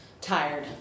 tired